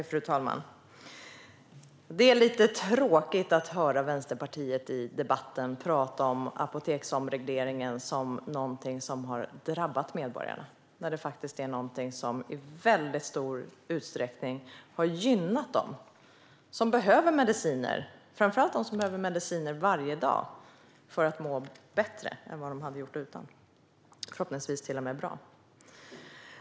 Fru talman! Det är lite tråkigt att i debatten höra Vänsterpartiet prata om apoteksomregleringen som någonting som har drabbat medborgarna när det faktiskt är någonting som i väldigt stor utsträckning har gynnat dem som behöver mediciner. Framför allt har det gynnat dem som behöver mediciner varje dag för att må bättre än vad de hade gjort utan mediciner och förhoppningsvis till och med bra.